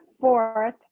fourth